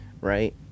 right